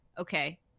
okay